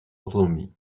autonomie